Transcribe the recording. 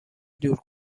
دور